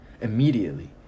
immediately